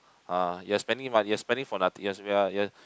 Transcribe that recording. ah you are spending money you are spending for nothing ya you're